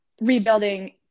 rebuilding